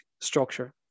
structure